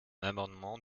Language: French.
amendement